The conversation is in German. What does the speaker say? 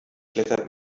klettert